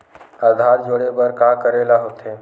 आधार जोड़े बर का करे ला होथे?